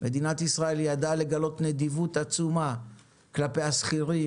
מדינת ישראל ידעה לגלות נדיבות עצומה כלפי השכירים